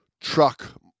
Truck